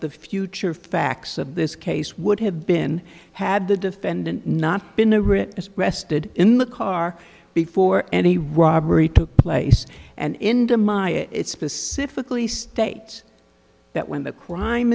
the future facts of this case would have been had the defendant not been a writ rested in the car before any robbery took place and india my it specifically states that when the crime